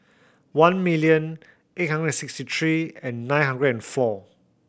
one million eight hundred sixty three and nine hundred and four